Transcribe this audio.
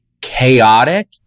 chaotic